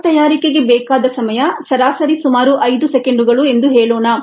bolt ತಯಾರಿಕೆಗೆ ಬೇಕಾದ ಸಮಯ ಸರಾಸರಿ ಸುಮಾರು 5 ಸೆಕೆಂಡುಗಳು ಎಂದು ಹೇಳೋಣ